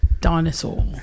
dinosaur